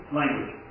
language